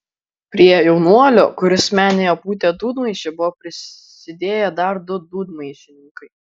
prie jaunuolio kuris menėje pūtė dūdmaišį buvo prisidėję dar du dūdmaišininkai